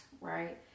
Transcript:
right